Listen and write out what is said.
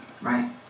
right